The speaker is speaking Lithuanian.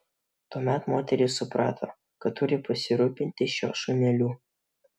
tuomet moteris suprato kad turi pasirūpinti šiuo šuneliu